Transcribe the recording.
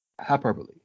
Hyperbole